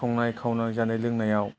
संनाय खावनाय जानाय लोंनायाव